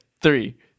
three